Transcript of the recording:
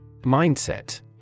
Mindset